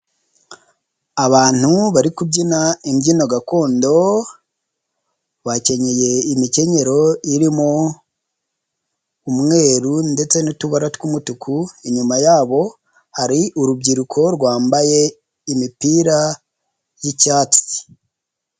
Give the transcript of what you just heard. Abantu bari kubyina imbyino gakondo bakenyeye imikenyero irimo umweru ndetse n'utubara tw'umutuku, inyuma yabo hari urubyiruko rwambaye imipira y'icyatsi.